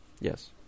yes